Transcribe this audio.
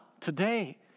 today